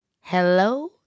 Hello